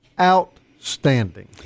outstanding